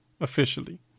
officially